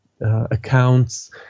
accounts